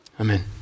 amen